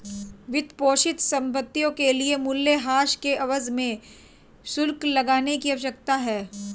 वित्तपोषित संपत्तियों के लिए मूल्यह्रास के एवज में शुल्क लगाने की आवश्यकता है